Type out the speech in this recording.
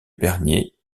bernier